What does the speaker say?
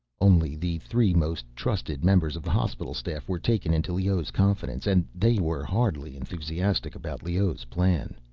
only the three most trusted members of the hospital staff were taken into leoh's confidence, and they were hardly enthusiastic about leoh's plan.